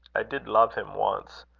i did love him once.